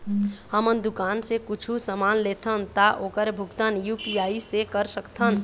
हमन दुकान से कुछू समान लेथन ता ओकर भुगतान यू.पी.आई से कर सकथन?